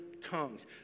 tongues